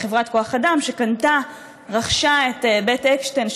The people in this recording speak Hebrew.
היא חברת כוח אדם שרכשה את בית אקשטיין,